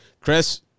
Chris